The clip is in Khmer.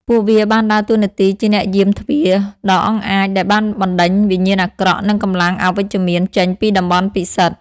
ពួកវាបានដើរតួនាទីជាអ្នកយាមទ្វារដ៏អង់អាចដែលបានបណ្តេញវិញ្ញាណអាក្រក់ និងកម្លាំងអវិជ្ជមានចេញពីតំបន់ពិសិដ្ឋ។